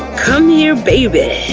come here, baby.